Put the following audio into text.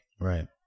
Right